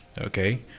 okay